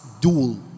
dual